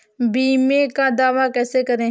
बीमे का दावा कैसे करें?